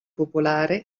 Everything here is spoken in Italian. popolare